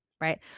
right